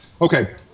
Okay